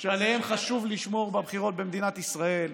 שעליהם חשוב לשמור בבחירות במדינת ישראל: